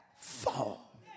fall